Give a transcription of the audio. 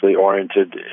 oriented